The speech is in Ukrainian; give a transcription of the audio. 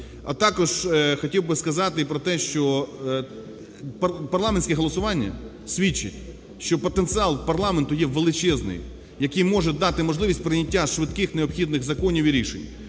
А також хотів би сказати і про те, що парламентські голосування свідчать, що потенціал парламенту є величезний, який може дати можливість прийняття швидких необхідних законів і рішень.